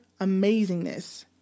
amazingness